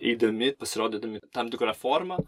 eidami pasirodydami tam tikra forma